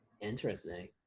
interesting